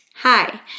hi